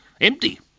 Empty